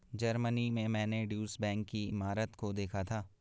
Germany में मैंने Deutsche Bank की इमारत को देखा था